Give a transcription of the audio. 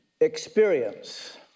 experience